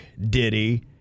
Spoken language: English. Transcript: Diddy